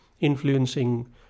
influencing